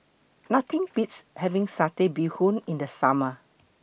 Nothing Beats having Satay Bee Hoon in The Summer